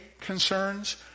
concerns